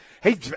Hey